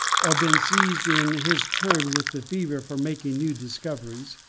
or been seized in his turn with the fever for making new discoveries,